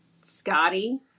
Scotty